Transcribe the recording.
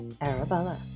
Arabella